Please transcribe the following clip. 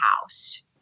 house